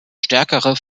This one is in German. stärkere